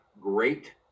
great